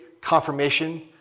confirmation